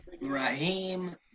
Raheem